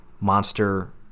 monster